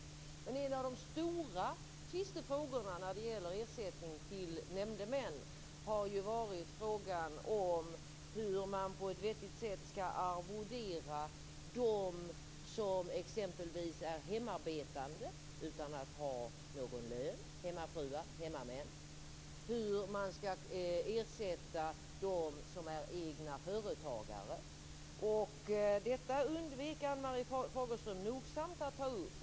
Men en av de stora tvistefrågorna när det gäller ersättning till nämndemän har ju varit hur man på ett vettigt sätt skall arvodera dem som exempelvis är hemarbetande utan att ha någon lön - hemmafruar, hemmamän - och hur man skall ersätta dem som är egna företagare. Detta undvek Ann-Marie Fagerström nogsamt att ta upp.